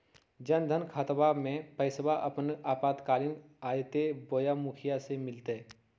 जन धन खाताबा में पैसबा अपने आपातकालीन आयते बोया मुखिया से मिलते?